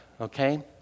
okay